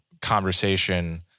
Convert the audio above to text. conversation